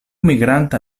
migranta